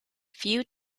few